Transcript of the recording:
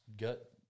gut